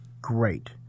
great